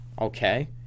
okay